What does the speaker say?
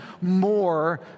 more